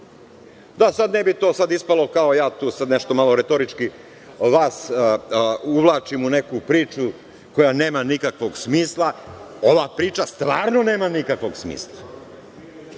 Da sad ne bi ispalo kao da ja tu nešto retorički vas uvlačim u neku priču koja nema nikakvog smisla, ova priča stvarno nema nikakvog